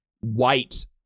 white